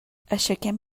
aixequem